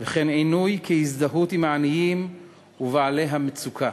וכן עינוי כהזדהות עם העניים ובעלי המצוקה.